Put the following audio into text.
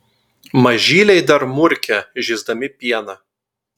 mažyliai dar murkia žįsdami pieną